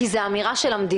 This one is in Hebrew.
כי זה אמירה של המדינה.